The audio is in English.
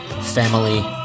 Family